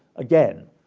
again,